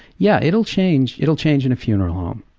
yeah, it'll change it'll change in a funeral home.